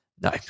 no